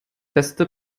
beste